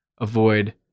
avoid